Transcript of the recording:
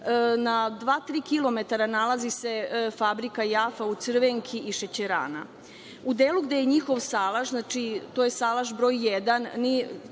kilometra nalazi se Fabrika „Jafa“ u Crvenki i Šećerana. U delu gde je njihov salaš, znači, to je salaš broj